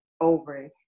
over